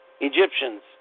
Egyptians